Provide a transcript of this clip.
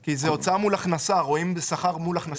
כי זה הוצאה מול הכנסה, רואים שכר מול הכנסה.